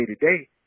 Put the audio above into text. day-to-day